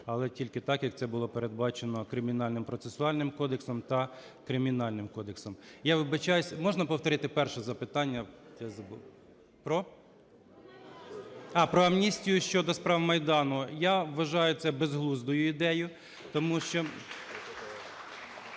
але тільки так, як це було передбачено Кримінальним процесуальним кодексом та Кримінальним кодексом. Я вибачаюся, можна повторити перше запитання. Я забув. А, про амністію щодо справ Майдану. Я вважаю, це безглуздою ідеєю.